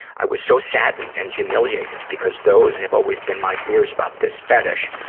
i was so saddened and humiliated, because those have always been my fears about this fetish.